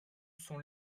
sont